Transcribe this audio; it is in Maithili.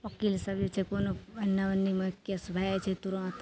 वकील सब जे छै कोनो एन्नअऽ ओन्नीमे केस भए जाइ छै तुरन्त